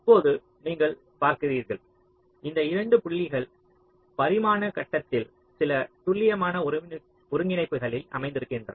இப்போது நீங்கள் பார்க்கிறீர்கள் இந்த 2 புள்ளிகள் பரிமாண கட்டத்தில் சில துல்லியமான ஒருங்கிணைப்புகளில் அமைத்திருக்கின்றன